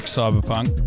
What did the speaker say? Cyberpunk